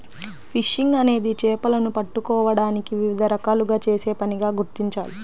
fishing అనేది చేపలను పట్టుకోవడానికి వివిధ రకాలుగా చేసే పనిగా గుర్తించాలి